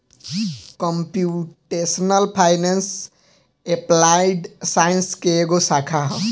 computational finance applied science के एगो शाखा ह